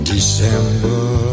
December